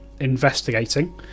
investigating